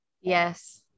Yes